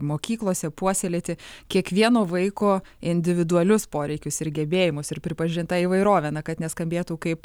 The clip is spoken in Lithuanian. mokyklose puoselėti kiekvieno vaiko individualius poreikius ir gebėjimus ir pripažint tą įvairovę na kad neskambėtų kaip